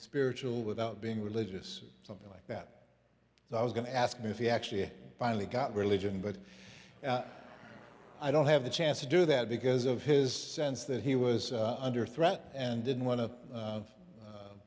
spiritual without being religious something like that so i was going to ask him if he actually finally got religion but i don't have the chance to do that because of his sense that he was under threat and didn't want to